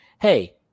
Hey